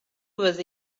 was